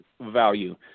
value